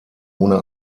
ohne